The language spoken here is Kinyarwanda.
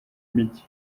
mijyi